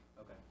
Okay